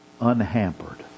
unhampered